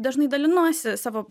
dažnai dalinuosi savo